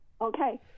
Okay